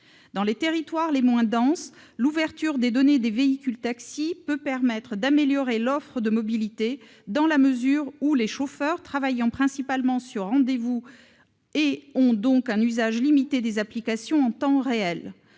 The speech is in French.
Dans les territoires les moins denses, l'ouverture des données des véhicules taxis peut permettre d'améliorer l'offre de mobilité, dans la mesure où les chauffeurs travaillent principalement sur rendez-vous et ont donc un usage limité des applications en temps réel.